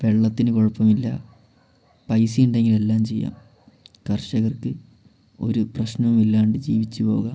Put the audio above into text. വെള്ളത്തിന് കുഴപ്പമില്ല പൈസ ഉണ്ടെങ്കിൽ എല്ലാം ചെയ്യാം കർഷകർക്ക് ഒരു പ്രശ്നമില്ലാണ്ട് ജീവിച്ച് പോകാം